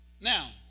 now